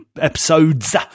episodes